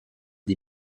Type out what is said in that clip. des